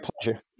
pleasure